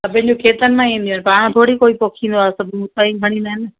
सभिनि जो खेतनि मां ई ईंदी आहिनि पाण थोरी कोई पोखिंदो आहे सभु उता ई खणी ईंदा आहिनि